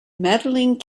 medaling